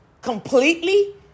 completely